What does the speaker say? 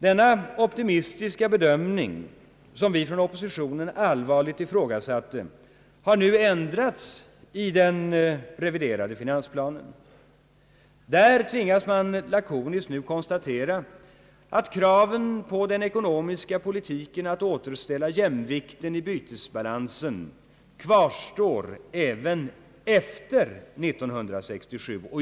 Denna optimistiska bedömning, som vi från oppositionen allvarligt ifrågasatte, har nu ändrats i den reviderade finansplanen. Där tvingas man nu lakoniskt konstatera att kraven på den ekonomiska politiken att återställa jämvikten i bytesbalansen kvarstår även efter 1967.